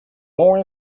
more